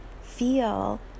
feel